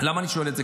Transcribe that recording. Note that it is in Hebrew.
למה אני שואל את זה?